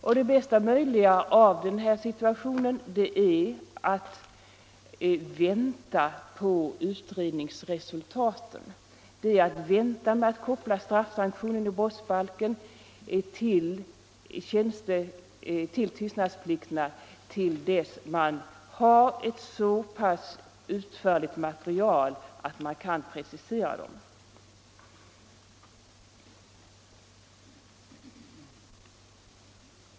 Och det bästa möjliga i den här situationen är att vänta på utredningsresultaten, att vänta med att koppla straffsanktionen i brottsbalken till tystnadsplikterna till dess att man har ett så pass utförligt material att man kan precisera dem.